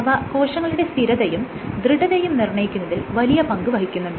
അവ കോശങ്ങളുടെ സ്ഥിരതയും ദൃഢതയും നിർണ്ണയിക്കുന്നത്തിൽ വലിയ പങ്ക് വഹിക്കുന്നുണ്ട്